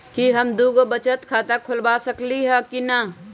कि हम दो दो गो बचत खाता खोलबा सकली ह की न?